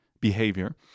behavior